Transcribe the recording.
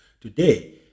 Today